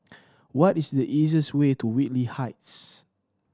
what is the easiest way to Whitley Heights